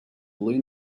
blue